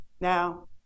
Now